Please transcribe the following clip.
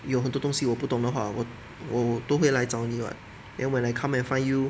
有很多东西我不懂的话我我都会来找你 [what] then when I come and find you